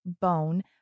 bone